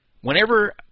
Whenever